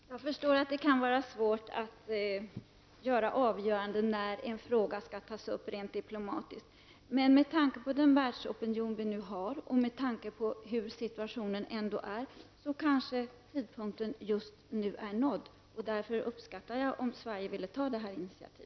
Herr talman! Jag förstår att det kan vara svårt att rent diplomatiskt avgöra när en fråga skall tas upp. Men med tanke på den världsopinion vi nu har och med tanke på hur situationen ändå är kanske det just nu är rätt tidpunkt. Därför uppskattar jag om man från svensk sida nu vill ta detta initiativ.